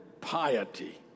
piety